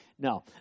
No